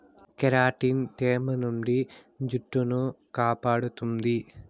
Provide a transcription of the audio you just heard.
keratin తేమ నుండి జుట్టును కాపాడుతుంది